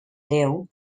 déu